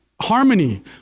harmony